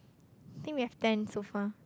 think we have ten so far